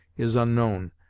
is unknown,